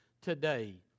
today